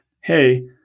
hey